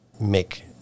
make